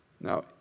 Now